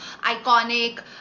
Iconic